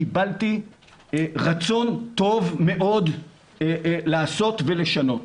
קיבלתי רצון טוב מאוד לעשות ולשנות.